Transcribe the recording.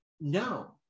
no